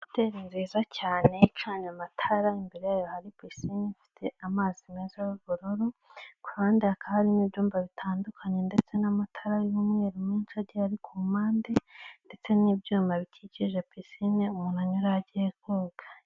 Hoteri nziza cyane icanye amatara. Imbere yayo hari pisine ifite amazi meza y'ubururu, ku ruhande hakaba harimo ibyumba bitandukanye, ndetse n'amatara y'umweru menshi agiye ari ku mpande ndetse n'ibyuma bikikije pisine umuntu anyuraho agiye koga.